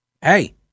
Hey